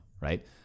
right